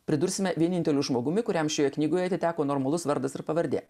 pridursime vieninteliu žmogumi kuriam šioje knygoje atiteko normalus vardas ir pavardė